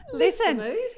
Listen